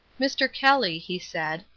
mr. kelly, he said,